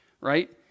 Right